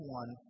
one